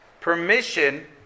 permission